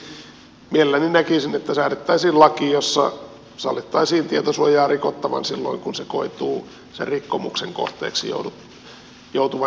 siksi mielelläni näkisin että säädettäisiin laki jossa sallittaisiin tietosuojaa rikottavan silloin kun se koituu sen rikkomuksen kohteeksi joutuvan eduksi